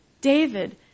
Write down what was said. David